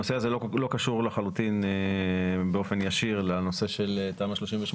הנושא הזה לא קשור לחלוטין באופן ישיר לנושא של תמ"א 38,